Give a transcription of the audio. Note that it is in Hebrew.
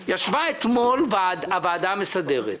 ישבה אתמול הוועדה המסדרת.